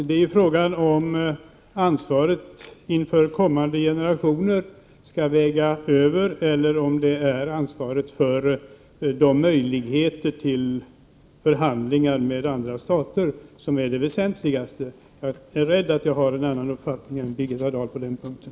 Fru talman! Frågan är om ansvaret inför kommande generationer skall väga över eller om det är möjligheterna till förhandlingar med andra stater som är det väsentligaste. Jag är rädd för att jag har en annan uppfattning än Birgitta Dahl på den punkten.